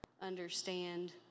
understand